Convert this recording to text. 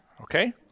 Okay